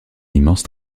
immense